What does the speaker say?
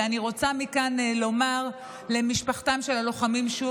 ואני רוצה מכאן לומר שוב למשפחות של החללים,